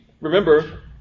Remember